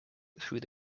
through